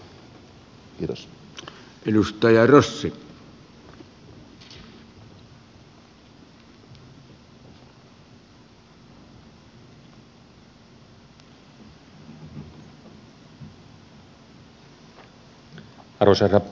arvoisa herra puhemies